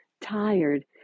tired